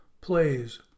plays